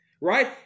right